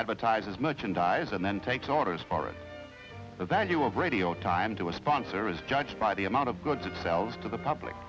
advertises merchandise and then takes orders for it the value of radio time to a sponsor is judged by the amount of goods it sells to the public